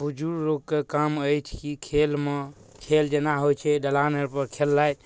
बुजुर्ग लोकके काम अछि कि खेलमे खेल जेना होइ छै दलानेपर खेललथि